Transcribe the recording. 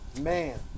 Man